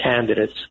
candidates